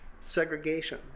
Segregation